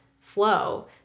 flow